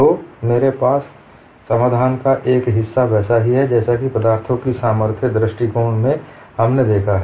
तो मेरे पास समाधान का एक हिस्सा वैसा ही है जैसा कि पदार्थों की सामर्थ्य दृष्टिकोण में हमने देखा है